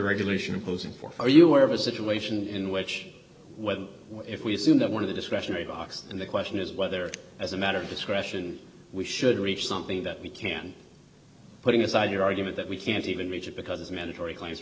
regulation imposing for are you aware of a situation in which whether if we assume that one of the discretionary box and the question is whether as a matter of discretion we should reach something that we can putting aside your argument that we can't even reach it because mandatory claims